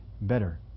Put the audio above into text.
better